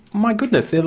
my goodness,